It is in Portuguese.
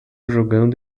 jogando